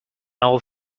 all